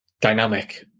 dynamic